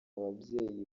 ababyeyi